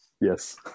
Yes